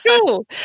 Cool